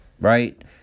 right